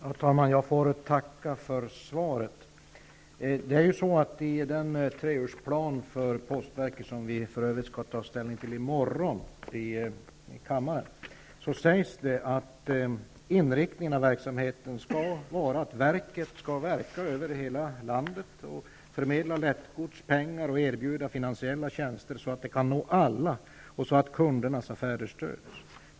Herr talman! Jag får tacka för svaret. I treårsplanen för postverket -- som vi för övrigt skall ta ställning till i kammaren i morgon -- sägs det att inriktningen av verksamheten skall vara att verket skall verka över hela landet och förmedla lättgods och pengar och erbjuda finansiella tjänster så att de kan nå alla och så att kundernas affärer stöds.